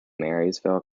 marysville